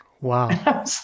Wow